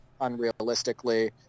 unrealistically